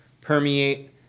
permeate